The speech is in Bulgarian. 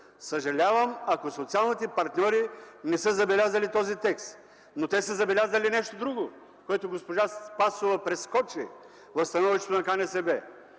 Съжалявам, ако социалните партньори не са забелязали този текст. Но те са забелязали нещо друго, което госпожа Спасова прескочи в становището на КНСБ.